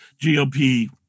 GOP